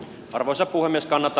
arvoisa puhemies kannata